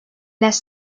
less